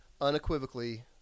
unequivocally